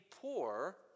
poor